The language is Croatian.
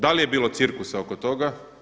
Da li je bilo cirkusa oko toga?